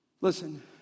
Listen